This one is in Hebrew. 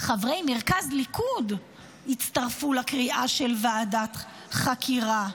חברי מרכז ליכוד הצטרפו לקריאה של ועדת חקירה.